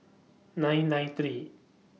nine nine three